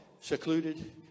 secluded